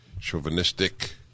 Chauvinistic